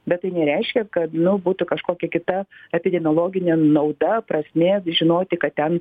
bet tai nereiškia kad nu būtų kažkokia kita epidemiologinė nauda prasmė žinoti kad ten